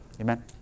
Amen